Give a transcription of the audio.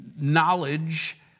knowledge